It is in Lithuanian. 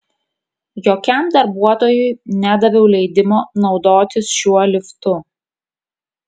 jokiam darbuotojui nedaviau leidimo naudotis šiuo liftu